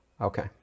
okay